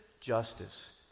justice